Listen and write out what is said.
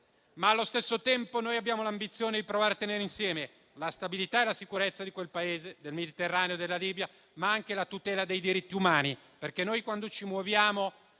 Ma allo stesso tempo abbiamo l'ambizione di provare a tenere insieme la stabilità e la sicurezza di quel Paese, del Mediterraneo e della Libia, ma anche la tutela dei diritti umani. Infatti, quando ci muoviamo